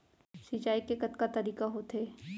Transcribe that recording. सिंचाई के कतका तरीक़ा होथे?